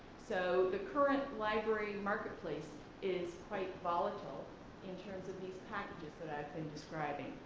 so the current library marketplace is quite volatile in terms of these packages that i've been describing,